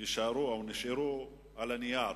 שנשארו על הנייר.